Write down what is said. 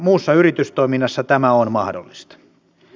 muussa yritystoiminnassa tämä on mahdollista